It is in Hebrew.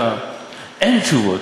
אין תשובות.